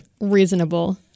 reasonable